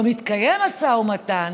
לא מתקיים משא ומתן.